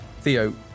Theo